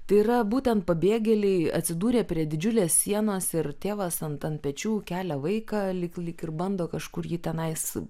tai yra būtent pabėgėliai atsidūrę prie didžiulės sienos ir tėvas ant ant pečių kelia vaiką lyg lyg ir bando kažkur jį tenais